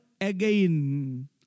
again